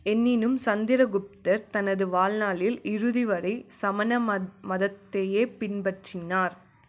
என்னினும் சந்திரகுப்தர் தனது வாழ்நாளில் இறுதி வரை சமண மத் மதத்தையே பின்பற்றினார்